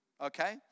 okay